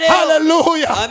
Hallelujah